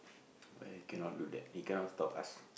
why cannot do that he cannot stop us